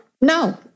no